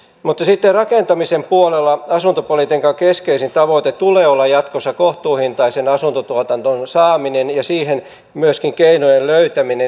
mutta sitten rakentamisen puolella asuntopolitiikan keskeisimmän tavoitteen tulee olla jatkossa kohtuuhintaisen asuntotuotannon saaminen ja keinojen löytäminen siihen